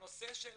הנושא של